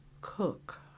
cook